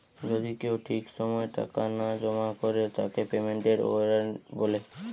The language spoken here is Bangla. যদি কেউ ঠিক সময় টাকা না জমা করে তাকে পেমেন্টের ওয়ারেন্ট বলে